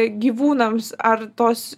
gyvūnams ar tos